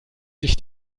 sich